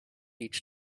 each